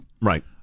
Right